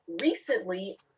recently